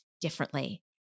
differently